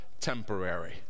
temporary